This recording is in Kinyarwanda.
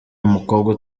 umukobwa